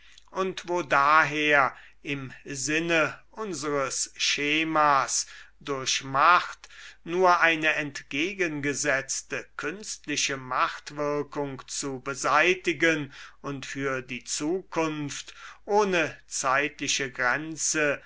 und wo daher im sinne unseres schemas durch macht nur eine entgegengesetzte künstliche machtwirkung zu beseitigen und für die zukunft ohne zeitliche grenze